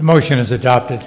motion is adopted